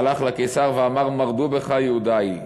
הלך לקיסר ואמר: מרדו בך יהודאי,